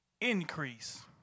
increase